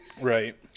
Right